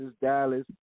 Dallas